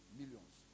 millions